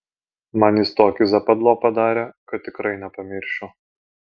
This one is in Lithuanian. man jis tokį zapadlo padarė kad tikrai nepamiršiu